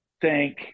thank